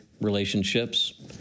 relationships